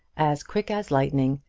as quick as lightning,